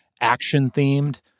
action-themed